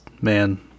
man